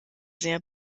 sehr